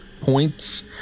points